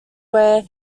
where